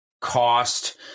cost